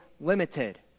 limited